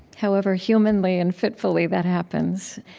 however humanly and fitfully that happens.